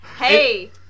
hey